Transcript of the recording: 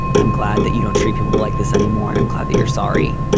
i'm glad that you don't treat people like this anymore. and i'm glad that you're sorry.